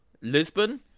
Lisbon